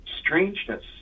strangeness